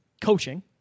coaching